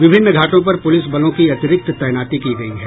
विभिन्न घाटों पर पूलिस बलों की अतिरिक्त तैनाती की गयी है